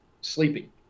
sleeping